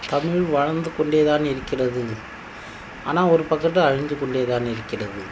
தமிழ் வளந்து கொண்டே தான் இருக்கிறது ஆனால் ஒரு பக்கத்தில் அழிந்து கொண்டே தான் இருக்கிறது